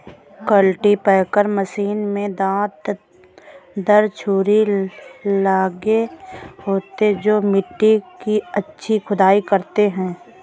cultipacker machine में दांत दार छुरी लगे होते हैं जो मिट्टी की अच्छी खुदाई करते हैं